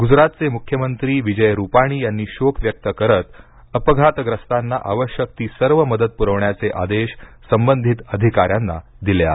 गुजराथचे मुख्यमंत्री विजय रूपाणी यांनी शोक व्यक्त करत अपघात्रस्ताना आवश्यक ती सर्व मदत पुरवण्याचे आदेश संबंधित अधिकार्यांना दिले आहेत